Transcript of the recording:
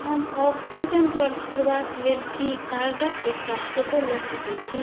हम ऑक्सीजन पर छोड़बाक लेल की कार्डक एकटा फोटो लऽ सकै छी